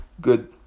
Good